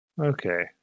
Okay